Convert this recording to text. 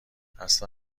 اصلا